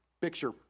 Picture